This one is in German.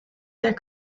der